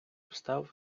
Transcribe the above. встав